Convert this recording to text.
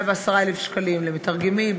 110,000 שקלים לארבעה מתרגמים,